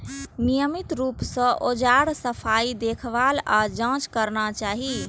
नियमित रूप सं औजारक सफाई, देखभाल आ जांच करना चाही